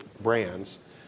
brands